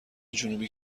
جنوبی